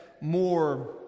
more